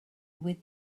with